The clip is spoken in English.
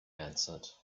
answered